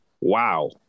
wow